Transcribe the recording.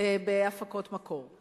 בהפקות מקור.